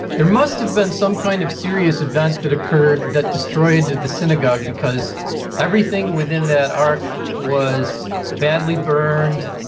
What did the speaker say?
there must have been some kind of serious event that occurred that destroyed the synagogue because everything within that ark was badly burned,